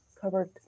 covered